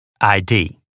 ID